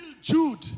Jude